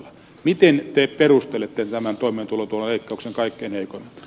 miten te perustelette tämän toimentulotulaitoksen kaikkein heikoin